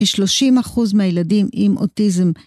כשלושים אחוז מהילדים עם אוטיזם.